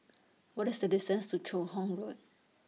What IS The distance to Joo Hong Road